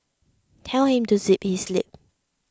tell him to zip his lip